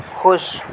خوش